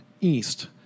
east